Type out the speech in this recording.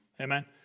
Amen